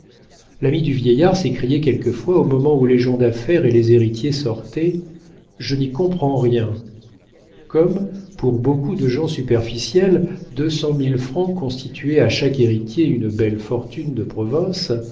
l'ami du vieillard s'écriait quelquefois au moment où les gens d'affaires et les héritiers sortaient je n'y comprends rien comme pour beaucoup de gens superficiels deux cent mille francs constituaient à chaque héritier une belle fortune de province